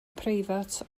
preifat